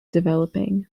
developing